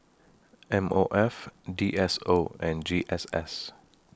M O F D S O and G S S